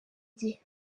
gihe